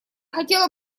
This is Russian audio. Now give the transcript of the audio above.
хотела